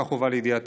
כך הובא לידיעתי,